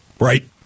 Right